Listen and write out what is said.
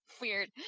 Weird